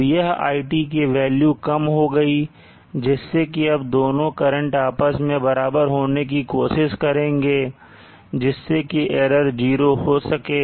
अब यह iT की वैल्यू कम हो गई है जिससे कि अब दोनों करंट आपस में बराबर होने की कोशिश करेंगे जिससे कि error0 हो सके